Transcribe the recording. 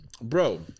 bro